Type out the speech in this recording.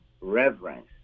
reverence